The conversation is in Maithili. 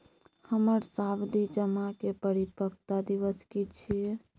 हमर सावधि जमा के परिपक्वता दिवस की छियै?